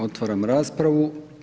Otvaram raspravu.